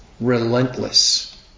relentless